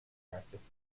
practice